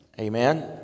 Amen